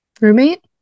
Roommate